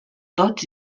tots